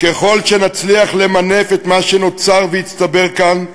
ככל שנצליח למנף את מה שנוצר והצטבר כאן,